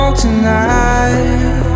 tonight